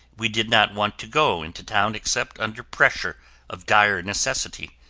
we did not want to go into town except under pressure of dire necessity,